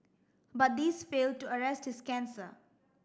but these failed to arrest his cancer